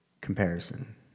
comparison